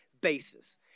basis